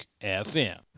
FM